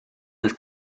des